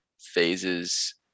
phases